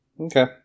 Okay